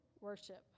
worship